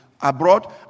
abroad